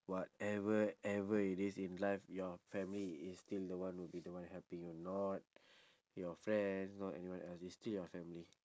whatever ever it is in life your family is still the one will be the one helping you not your friends not anyone else is still your family